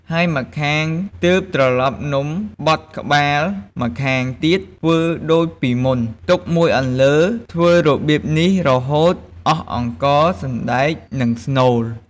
ហើយម្ខាង ទើបត្រឡប់នំបត់ក្បាលម្ខាងទៀតធ្វើដូចពីមុន ទុកមួយអន្លើ ធ្វើរបៀបនេះរហូតអស់អង្ករ សណ្ដែក និងស្នូល។